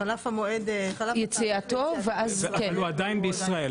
אבל הוא עדיין בישראל,